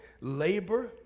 labor